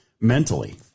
mentally